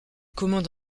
commande